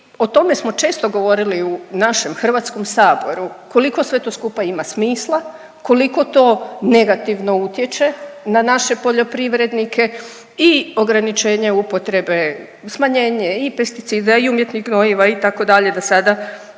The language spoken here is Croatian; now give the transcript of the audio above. o tome smo često govorili u našem HS-u koliko sve to skupa ima smisla, koliko to negativno utječe na naše poljoprivrednike i ograničenje upotrebe smanjenje i pesticida, i umjetnih gnojiva itd., da sada